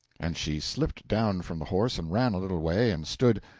and she slipped down from the horse and ran a little way and stood.